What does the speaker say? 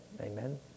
amen